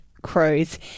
crows